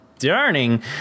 darning